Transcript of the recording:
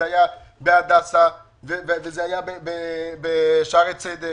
זה היה בהדסה וזה היה בשערי צדק,